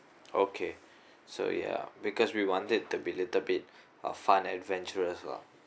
okay so ya because we wanted to be little bit uh fun and adventurous lah